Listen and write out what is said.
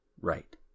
right